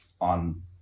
on